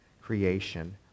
creation